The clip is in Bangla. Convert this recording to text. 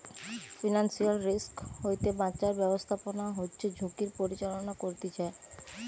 ফিনান্সিয়াল রিস্ক হইতে বাঁচার ব্যাবস্থাপনা হচ্ছে ঝুঁকির পরিচালনা করতিছে